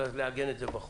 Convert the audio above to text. אלא לעגן את זה בחוק,